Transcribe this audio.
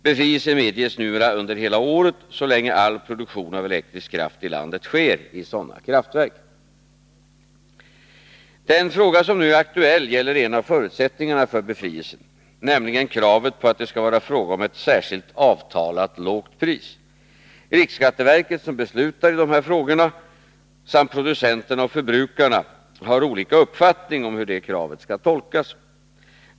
Befrielse medges numera under hela året så länge all produktion av elektrisk kraft i landet sker i sådana kraftverk. Den fråga som nu är aktuell gäller en av förutsättningarna för befrielsen, nämligen kravet på att det skall vara fråga om ett särskilt avtalat lågt pris. Riksskatteverket, som beslutar i dessa frågor, samt producenterna och förbrukarna har olika uppfattning om hur detta krav skall tolkas.